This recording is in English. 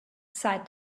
sighed